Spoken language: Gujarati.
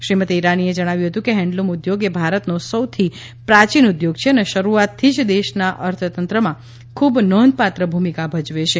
શ્રીમતી ઇરાનીએ જણાવ્યું હતું કે હેન્ડલૂમ ઉદ્યોગ એ ભારતનો સૌથી પ્રાચીન ઉદ્યોગ છે અને શરૂઆતથી જ દેશના અર્થતંત્રમાં ખૂબ નોંધપાત્ર ભૂમિકા ભજવે છે